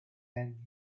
end